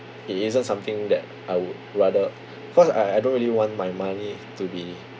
it isn't something that I would rather cause I I don't really want my money to be